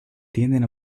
tienden